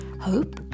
Hope